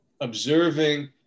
observing